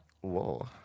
whoa